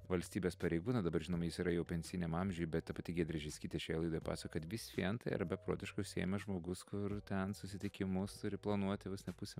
valstybės pareigūną dabar žinom jis yra jau pensijiniam amžiuj bet ta pati giedrė žickytė šioje laidoje pasakojo kad vis vien tai yra beprotiškai užsiėmęs žmogus kur ten susitikimus turi planuoti vos ne pusę